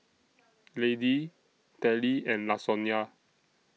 Laddie Telly and Lasonya